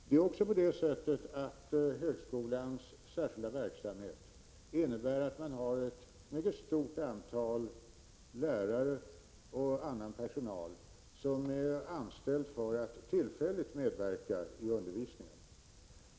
Det är också så, att högskolans särskilda verksamhet innebär att man har ett mycket stort antal lärare och annan personal som anställts för att tillfälligt medverka i undervisningen.